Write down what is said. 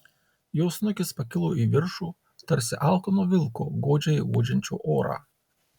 jo snukis pakilo į viršų tarsi alkano vilko godžiai uodžiančio orą